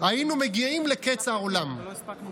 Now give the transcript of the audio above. היינו מגיעים לקץ העולם.